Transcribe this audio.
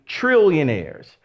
trillionaires